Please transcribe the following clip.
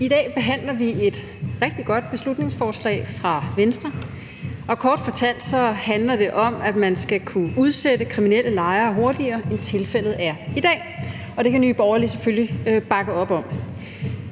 I dag behandler vi et rigtig godt beslutningsforslag fra Venstre. Kort fortalt handler det om, at man skal kunne udsætte kriminelle lejere hurtigere, end tilfældet er i dag. Det kan Nye Borgerlige